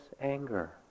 anger